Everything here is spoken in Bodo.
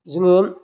जोङो